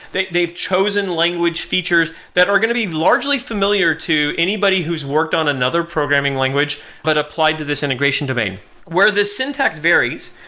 they've they've chosen language features that are going to be largely familiar to anybody who's worked on another programming language, but applied to this integration domain where the syntax varies,